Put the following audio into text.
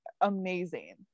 amazing